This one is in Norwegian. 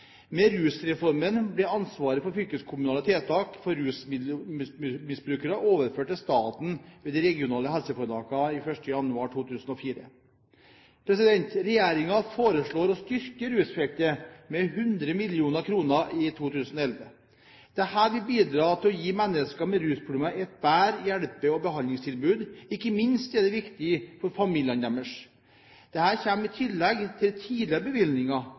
Med Rusreformen ble ansvaret for fylkeskommunale tiltak for rusmiddelmisbrukere overført til staten ved de regionale helseforetakene fra 1. januar 2004. Regjeringen foreslår å styrke rusfeltet med 100 mill. kr for 2011. Dette vil bidra til å gi mennesker med rusproblemer et bedre hjelpe- og behandlingstilbud. Ikke minst er dette viktig for familiene deres. Dette kommer i tillegg til tidligere bevilgninger